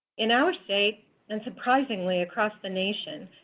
in our state and, surprisingly, across the nation,